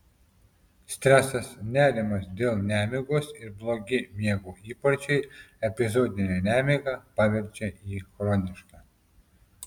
stresas nerimas dėl nemigos ir blogi miego įpročiai epizodinę nemigą paverčia į chronišką